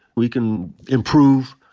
we can improve,